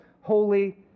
holy